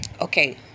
Okay